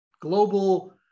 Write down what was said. global